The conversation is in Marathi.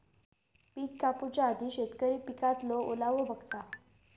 पिक कापूच्या आधी शेतकरी पिकातलो ओलावो बघता